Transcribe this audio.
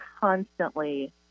constantly